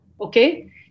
okay